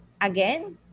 again